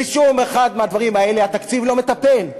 באף אחד מהדברים האלה התקציב לא מטפל.